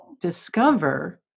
discover